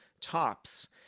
tops